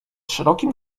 szerokim